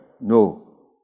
No